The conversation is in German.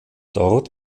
dort